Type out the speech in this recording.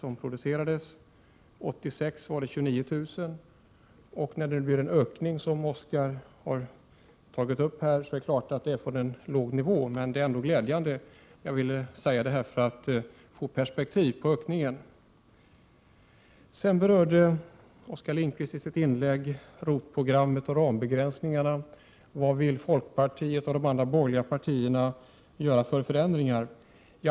År 1986 producerades 29 000. När det nu sker en ökning är det från en låg nivå, men den är ändå glädjande. Jag ville säga detta för att få perspektiv på öppningen. Sedan berörde Oskar Lindkvist i sitt inlägg ROT-programmet och rambegränsningarna och vad folkpartiet och de andra borgerliga partierna vill göra för förändringar.